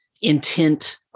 intent